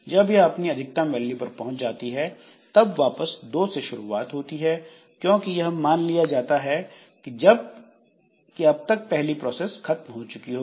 जब यह अपनी अधिकतम वैल्यू पर पहुंच जाती है तब वापस दो से शुरुआत होती है क्योंकि यह मान लिया जाता है अब तक पहली प्रोसेस खत्म हो चुकी होगी